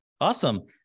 Awesome